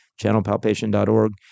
channelpalpation.org